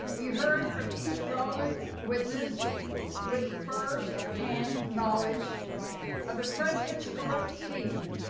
you heard from each relevant witness with first hand knowledge of the president's corrupt scheme.